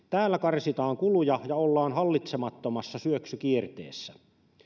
täällä karsitaan kuluja ja ollaan hallitsemattomassa syöksykierteessä